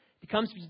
becomes